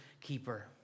keeper